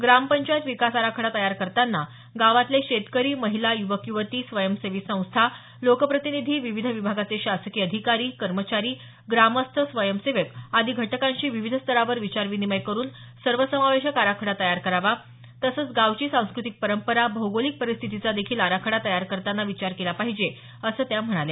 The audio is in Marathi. ग्राम पंचायत विकास आराखडा तयार करतांना गावातले शेतकरी महिला युवक युवती स्वंयसेवी संस्था लोकप्रतिनिधी विविध विभागाचे शासकीय अधिकारी कर्मचारी ग्रामस्थ स्वंयसेवक आदी घटकांशी विविध स्तरावर विचारविनिमय करुन सर्वसमावेशक आराखडा तयार करावा तसंच गावची सांस्कृतिक परंपरा भौगोलीक परिस्थितीचा देखील आराखडा तयार करतांना विचार केला पाहिजे असं त्या म्हणाल्या